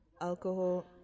alcohol